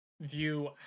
view